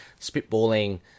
spitballing